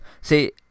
see